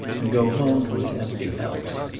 and go home to his empty house.